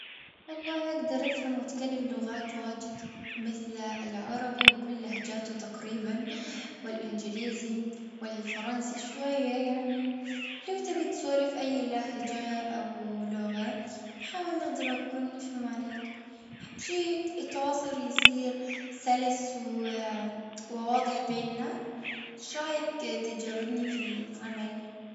والله أقدر أفهم وأتكلم لغات واجد. مثل العربي بكل لهجاته تقريبا. والأنجليزي والفرنسي شوية يعني. لو تبي تسوالف أي لهجة أو لغة. نحاول نخدمك كل نفهم عليك.أهم شي التواصل يصير سلس وواضح بينا. شو رأيك يجربني في عمل؟